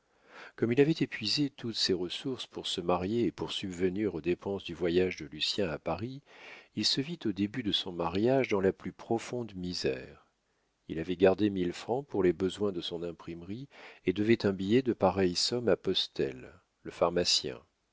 comme il avait épuisé toutes ses ressources pour se marier et pour subvenir aux dépenses du voyage de lucien à paris il se vit au début de son mariage dans la plus profonde misère il avait gardé mille francs pour les besoins de son imprimerie et devait un billet de pareille somme à postel le pharmacien